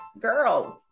Girls